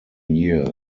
year